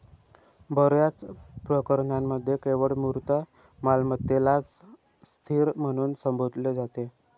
बर्याच प्रकरणांमध्ये केवळ मूर्त मालमत्तेलाच स्थिर म्हणून संबोधले जाते